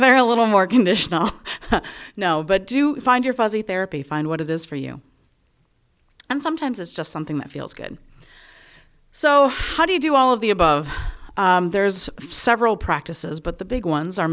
where a little more conditional now but do you find your fuzzy therapy find what it is for you and sometimes it's just something that feels good so how do you do all of the above there's several practices but the big ones are